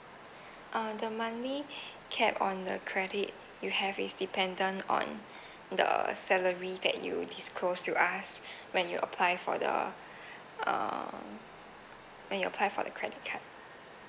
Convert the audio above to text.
uh the monthly cap on the credit you have is dependent on the salary that you disclosed to us when you apply for the uh when you apply for the credit card